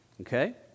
okay